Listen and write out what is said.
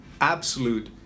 absolute